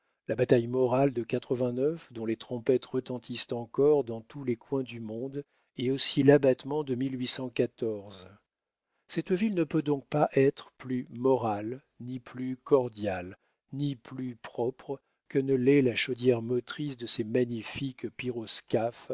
la bataille morale de dont les trompettes retentissent encore dans tous les coins du monde et aussi l'abattement de cette ville ne peut donc pas être plus morale ni plus cordiale ni plus propre que ne l'est la chaudière motrice de ces magnifiques